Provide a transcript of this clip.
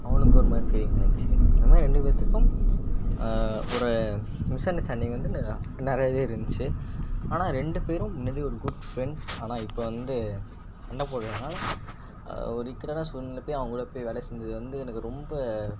அவனுக்கு ஒருமாதிரி ஃபீலிங் ஆயிடுச்சு இந்தமாதிரி ரெண்டு பேர்த்துக்கும் ஒரு மிஸ்அண்டர்ஸ்டாண்டிங் வந்து நிறையா நிறையாவே இருந்துச்சு ஆனால் ரெண்டு பேரும் முன்னாடி ஒரு குட் ஃப்ரெண்ட்ஸ் ஆனால் இப்போ வந்து சண்டை போடுறனால ஒரு இக்கட்டான சூழ்நிலையில் போய் அவங்கூட போய் வேலை செஞ்சது வந்து எனக்கு ரொம்ப